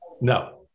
No